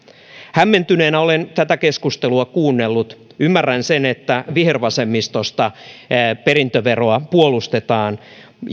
hämmentyneenä olen tätä keskustelua kuunnellut ymmärrän sen että vihervasemmistosta perintöveroa puolustetaan